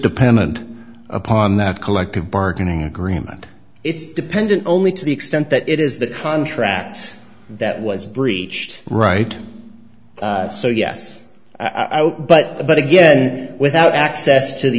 dependent upon that collective bargaining agreement it's dependent only to the extent that it is the contract that was breached right so yes i would but but again without access to the